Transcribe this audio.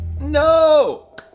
No